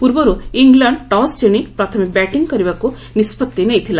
ପୂର୍ବରୁ England toss ଜିଶି ପ୍ରଥମେ ବ୍ୟାଟିଂ କରିବାକୁ ନିଷ୍ପଭି ନେଇଥିଲା